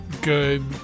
good